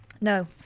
No